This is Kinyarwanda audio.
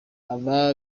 aba